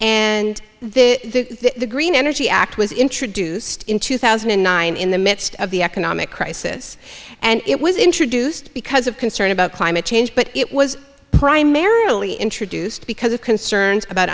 and the green energy act was introduced in two thousand and nine in the midst of the economic crisis and it was introduced because of concern about climate change but it was primarily introduced because of concerns about